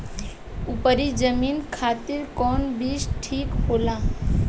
उपरी जमीन खातिर कौन बीज ठीक होला?